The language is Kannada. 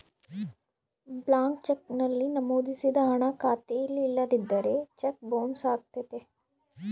ಬ್ಲಾಂಕ್ ಚೆಕ್ ನಲ್ಲಿ ನಮೋದಿಸಿದ ಹಣ ಖಾತೆಯಲ್ಲಿ ಇಲ್ಲದಿದ್ದರೆ ಚೆಕ್ ಬೊನ್ಸ್ ಅಗತ್ಯತೆ